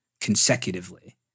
consecutively